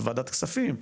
בוועדת הכספים,